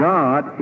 God